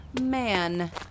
man